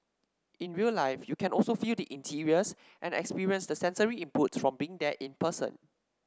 in real life you can also feel the interiors and experience the sensory inputs from being there in person